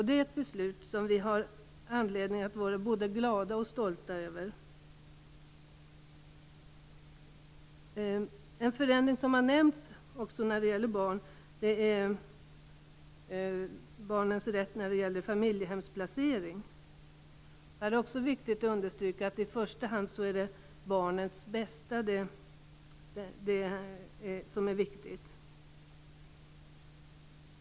Det är ett beslut som vi har anledning att vara både glada och stolta över. En förändring som också har nämnts när det gäller barn rör barnens rätt vid familjehemsplacering. Det är också i det fallet viktigt att understryka att det i första hand handlar om barnets bästa.